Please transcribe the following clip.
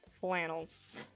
Flannels